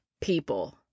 people